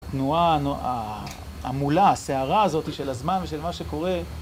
התנועה, ההמולה, הסערה הזאת של הזמן ושל מה שקורה